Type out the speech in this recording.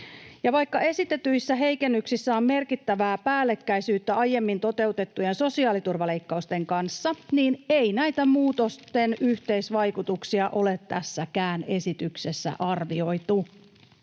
vaikka esitetyissä heikennyksissä on merkittävää päällekkäisyyttä aiemmin toteutettujen sosiaaliturvaleikkausten kanssa, niin ei näitä muutosten yhteisvaikutuksia ole tässäkään esityksessä arvioitu.